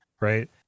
right